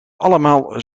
allemaal